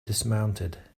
dismounted